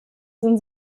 sind